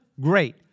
Great